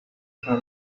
her